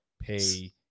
pay